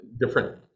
different